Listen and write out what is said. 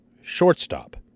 shortstop